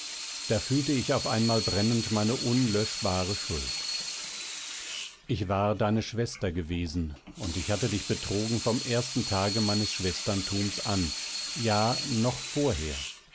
da fühlte ich auf einmal brennend meine unlöschbare schuld ich war deine schwester gewesen und ich hatte dich betrogen vom ersten tage meines schwesterntums an ja noch vorher